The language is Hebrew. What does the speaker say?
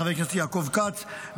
חבר הכנסת יעקב אשר,